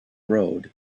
road